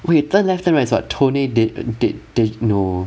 wait turn left turn right is what no